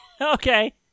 Okay